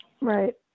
right